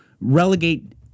relegate